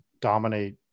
dominate